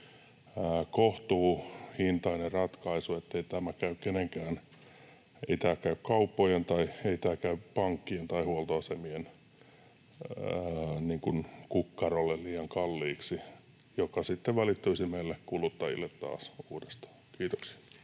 kohtuuhintainen ratkaisu, ettei tämä käy kenenkään, ei käy kauppojen eikä käy pankkien eikä huoltoasemien, kukkarolle liian kalliiksi, mikä sitten välittyisi meille kuluttajille taas uudestaan. — Kiitoksia.